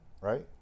right